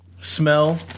smell